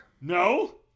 No